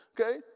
Okay